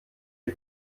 die